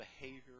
behavior